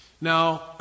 Now